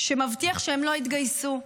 שמבטיח שהם לא יתגייסו.